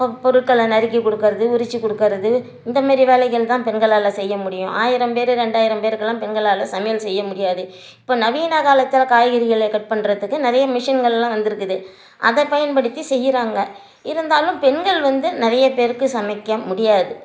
இப்போ பொருட்களை நறுக்கி கொடுக்குறது உறிச்சு கொடுக்குறது இந்தமாரி வேலைகள் தான் பெண்களால் செய்ய முடியும் ஆயிரம் பேர் ரெண்டாயிரம் பேருக்கெல்லாம் பெண்களால் சமையல் செய்ய முடியாது இப்போ நவீன காலத்தில் காய்கறிகளை கட் பண்ணுறதுக்கு நிறைய மிஷின்கள்லாம் வந்திருக்குது அதை பயன்படுத்தி செய்கிறாங்க இருந்தாலும் பெண்கள் வந்து நிறைய பேருக்கு சமைக்க முடியாது